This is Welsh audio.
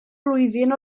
flwyddyn